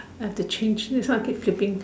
I have to change this one I keep flipping